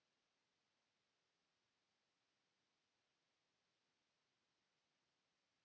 Kiitos,